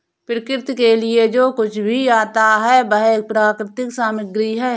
प्रकृति के लिए जो कुछ भी आता है वह प्राकृतिक सामग्री है